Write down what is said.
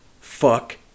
Fuck